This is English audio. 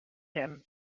him